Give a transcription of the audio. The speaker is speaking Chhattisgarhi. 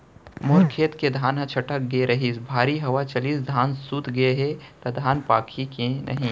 मोर खेत के धान छटक गे रहीस, भारी हवा चलिस, धान सूत गे हे, त धान पाकही के नहीं?